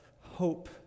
hope